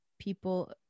people